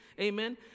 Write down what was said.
Amen